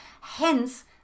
Hence